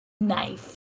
Knife